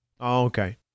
Okay